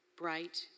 bright